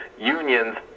unions